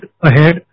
ahead